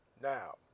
Now